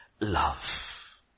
love